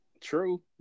True